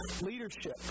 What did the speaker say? leadership